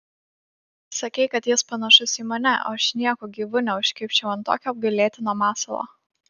sakei kad jis panašus į mane o aš nieku gyvu neužkibčiau ant tokio apgailėtino masalo